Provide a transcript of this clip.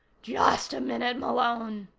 just a minute, malone,